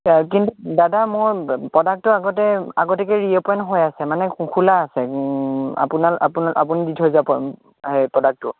হয় কিন্তু দাদা মোৰ প্ৰডাক্টটো আগতে আগতীয়াকৈ ৰিঅপেন হৈ আছে মানে খোলা আছে আপোনাৰ আপুনি আপুনি দি থৈ যোৱা প্ৰডাক্টটো